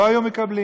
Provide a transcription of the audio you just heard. לא היו מקבלים,